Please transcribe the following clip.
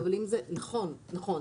נכון, נכון.